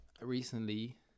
recently